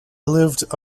lived